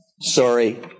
Sorry